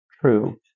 true